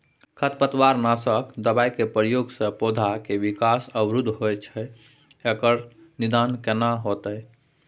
खरपतवार नासक दबाय के प्रयोग स पौधा के विकास अवरुध होय छैय एकर निदान केना होतय?